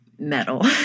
metal